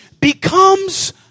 becomes